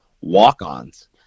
walk-ons